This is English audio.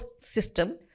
system